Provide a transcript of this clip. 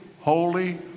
holy